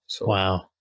Wow